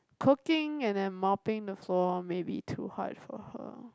cooking and then mopping the floor maybe too hard for her